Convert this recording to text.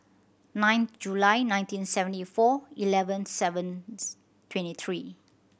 nine July ninety seventy four eleven seven twenty three